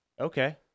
Okay